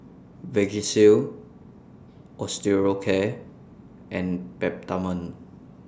Vagisil Osteocare and Peptamen